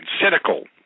cynical